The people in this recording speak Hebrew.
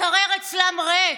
המקרר אצלם ריק.